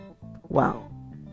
Wow